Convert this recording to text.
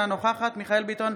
אינה נוכחת מיכאל מרדכי ביטון,